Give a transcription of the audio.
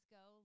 go